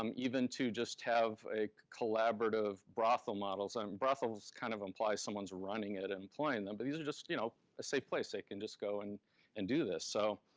um even to just have a collaborative brothel model, so and brothels kind of implies someone's running it and employing them, but these are just you know a safe place they can just go and and do this. so